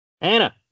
anna